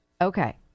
okay